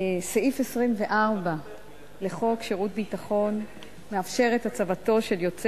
סעיף 24 לחוק שירות ביטחון מאפשר את הצבתו של יוצא